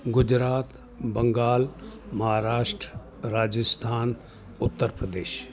Gujarat Bengal Maharashtra Rajasthan Uttar Pradesh